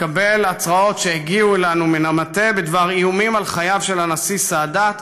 לקבל התראות שהגיעו אלינו מן המטה בדבר איומים על חייו של הנשיא סאדאת,